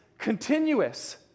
continuous